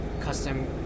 custom